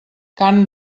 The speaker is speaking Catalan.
carn